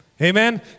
Amen